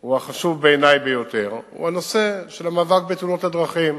הוא החשוב בעיני ביותר הוא המאבק בתאונות הדרכים,